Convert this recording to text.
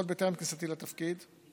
עוד בטרם כניסתי לתפקיד,